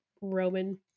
Roman